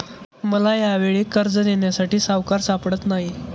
मला यावेळी कर्ज देण्यासाठी सावकार सापडत नाही